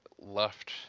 left